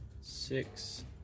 six